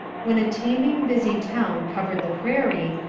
when a teeming, busy town covered the prairie,